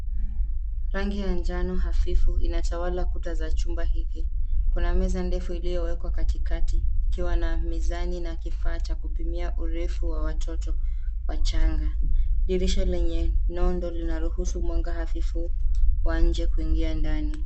Rangi ya njano hafifu inatawala kuta za chumba hiki. Kuna meza ndefu iliyowekwa katikati ikiwa na mizani na kifaa cha kupimia urefu wa watoto wachanga. Dirisha lenye nondo linaruhusu mwanga hafifu wa nje kuingia ndani.